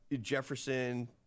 Jefferson